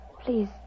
please